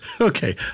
Okay